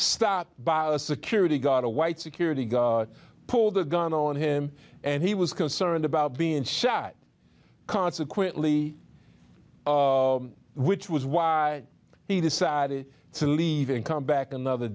stop by a security guard a white security guy pulled a gun on him and he was concerned about being shot consequently which was why he decided to leave and come back anothe